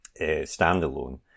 standalone